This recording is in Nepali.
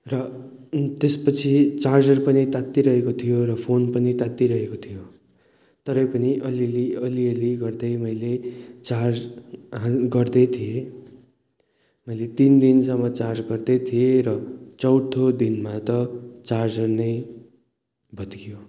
र त्यसपछि चार्जर पनि तात्तिइरहेको थियो र फोन पनि तात्तिइरहेको थियो तरै पनि अलिअलि अलिअलि गर्दै मैले चार्ज गर्दै थिएँ मैले तिन दिनसम्म चार्ज गर्दै थिएँ र चौथो दिनमा त चार्जर नै भत्कियो